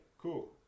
cool